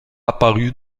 apparue